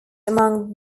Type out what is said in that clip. among